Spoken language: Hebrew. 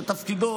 שתפקידו,